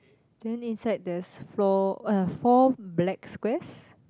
then inside there's four uh four black squares